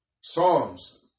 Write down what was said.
Psalms